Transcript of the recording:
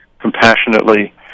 compassionately